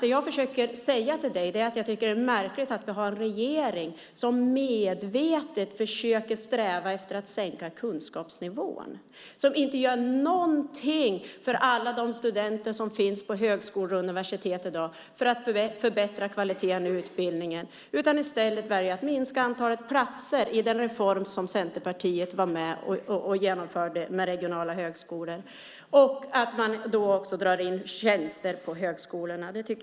Det jag försöker säga är att det är märkligt att vi har en regering som medvetet strävar efter att sänka kunskapsnivån och som inte gör någonting för alla de studenter som finns på högskolor och universitet i dag. I stället för att förbättra kvaliteten i utbildningen väljer man att minska antalet platser på de regionala högskolorna - den reform som Centerpartiet var med och genomförde. Man drar även in tjänster på högskolorna.